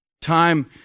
Time